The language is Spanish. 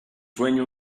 sueño